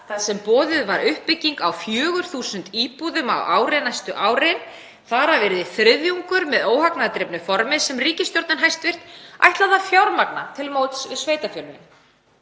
þar sem boðuð var uppbygging á 4.000 íbúðum á ári næstu árin. Þar af yrði þriðjungur með óhagnaðardrifnu formi sem ríkisstjórnin ætlaði að fjármagna til móts við sveitarfélögin.